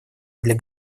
для